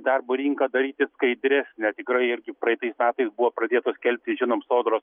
darbo rinką daryti skaidresnę tikrai irgi praeitais metais buvo pradėtos skelbti žinom sodros